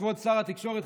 כבוד שר התקשורת,